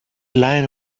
line